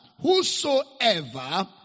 whosoever